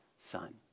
Son